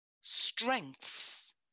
strengths